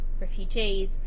Refugees